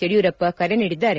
ಯಡಿಯೂರಪ್ಪ ಕರೆ ನೀಡಿದ್ದಾರೆ